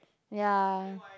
ya